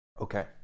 Okay